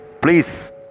please